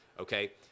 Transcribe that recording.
okay